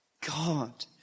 God